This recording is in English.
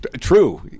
true